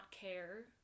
care